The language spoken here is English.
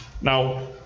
now